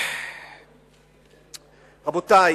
רבותי,